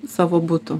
savo butų